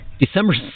December